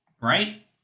right